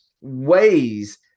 ways